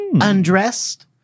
Undressed